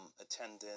attending